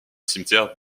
cimetière